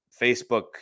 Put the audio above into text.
Facebook